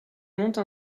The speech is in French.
monte